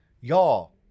Y'all